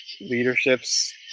leaderships